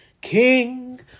King